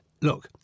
look